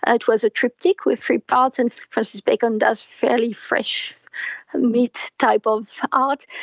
ah it was a triptych with three parts, and francis bacon does fairly fresh meat type of art.